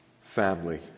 family